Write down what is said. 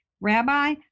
Rabbi